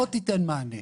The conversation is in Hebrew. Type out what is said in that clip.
לא תיתן מענה.